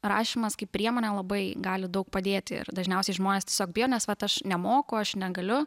rašymas kaip priemonė labai gali daug padėti ir dažniausiai žmonės tiesiog bijo nes vat aš nemoku aš negaliu